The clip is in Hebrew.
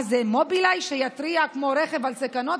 מה זה, מובילאיי, שיתריע כמו רכב על סכנות?